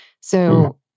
So-